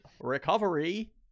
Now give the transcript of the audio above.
Recovery